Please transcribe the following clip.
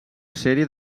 sèrie